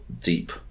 deep